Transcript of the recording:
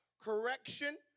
Correction